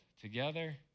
together